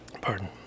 Pardon